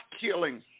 killing